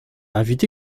invité